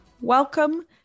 Welcome